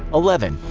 eleven.